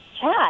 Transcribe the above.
chat